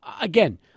again